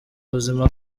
buzima